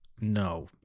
no